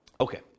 Okay